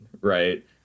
Right